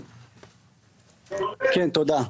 תודה.